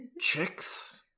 Chicks